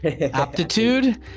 aptitude